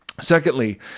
Secondly